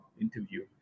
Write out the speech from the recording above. interview